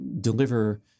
deliver